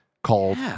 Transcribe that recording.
called